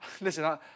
Listen